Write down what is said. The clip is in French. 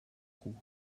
coût